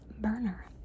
burner